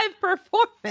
performance